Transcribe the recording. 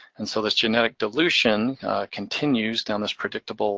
and so this genetic dilution continues down this predictable